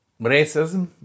racism